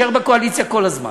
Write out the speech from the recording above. הוא יישאר בקואליציה כל הזמן.